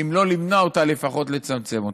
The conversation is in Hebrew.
ואם לא למנוע אותה לפחות לצמצם אותה.